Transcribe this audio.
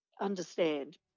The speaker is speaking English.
understand